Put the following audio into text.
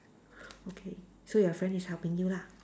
okay so your friend is helping you lah